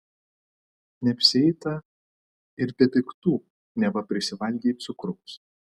neapsieita ir be piktų neva prisivalgei cukraus